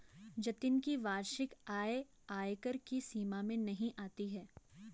जतिन की वार्षिक आय आयकर की सीमा में नही आती है